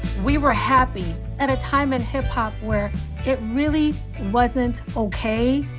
we were happy at a time in hip-hop where it really wasn't o k.